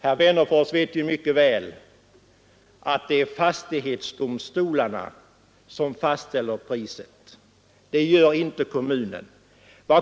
Herr Wennerfors vet mycket väl att det är fastighetsdomstolarna som fastställer priset. Det gör inte kommunen.